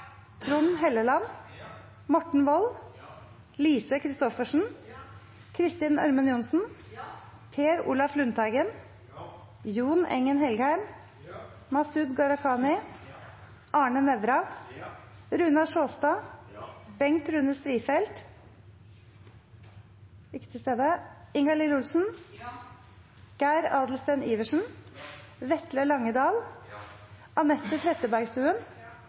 Trond Helleland, Morten Wold, Lise Christoffersen, Kristin Ørmen Johnsen, Per Olaf Lundteigen, Jon Engen-Helgheim, Masud Gharahkhani, Arne Nævra, Runar Sjåstad, Ingalill Olsen, Geir Adelsten Iversen, Vetle Langedahl, Anette Trettebergstuen,